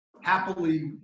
happily